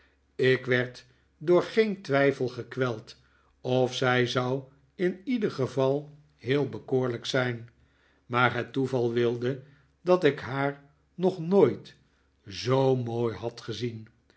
ik werd door geen twijfel gekweld of zij zou in ieder geval heel bekoorlijk zijn maar het toeval wilde dat ik naar nog nooit zoo mooi had gezien